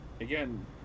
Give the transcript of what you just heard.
again